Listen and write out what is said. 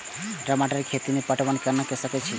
टमाटर कै खैती में पटवन कैना क सके छी?